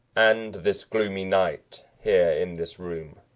and, this gloomy night, here, in this room,